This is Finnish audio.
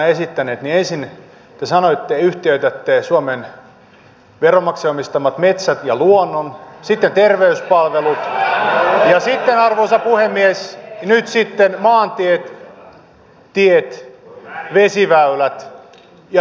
ensin te sanoitte että te yhtiöitätte suomen veronmaksajien omistamat metsät ja luonnon sitten terveyspalvelut ja sitten arvoisa puhemies nyt sitten maantiet tiet vesiväylät ja rautatiet